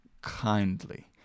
Kindly